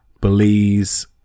Belize